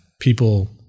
people